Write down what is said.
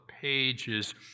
pages